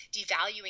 devaluing